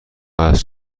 است